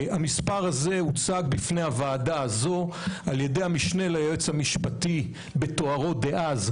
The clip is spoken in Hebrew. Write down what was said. המספר הזה הוצג בפני הוועדה הזאת על ידי המשנה ליועץ המשפטי בתוארו דאז,